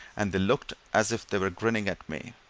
and they looked as if they were grinning at me.